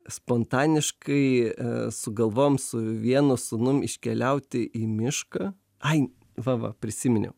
spontaniškai sugalvojom su vienu sūnum iškeliauti į mišką ai va va prisiminiau